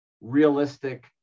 realistic